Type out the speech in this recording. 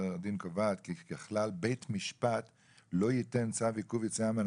הדין קובעת כי ככלל בית משפט לא ייתן צו עיכוב יציאה מן